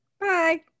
Bye